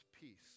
peace